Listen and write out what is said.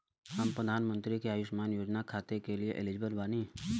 हम प्रधानमंत्री के अंशुमान योजना खाते हैं एलिजिबल बनी?